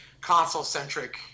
console-centric